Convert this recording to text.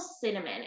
cinnamon